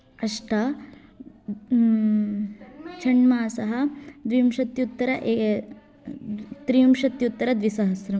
अष्ट षण्मासः त्रिंशत्युत्तर ए त्रिंशत्युत्तरद्विसहस्रं